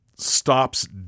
stops